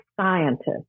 scientist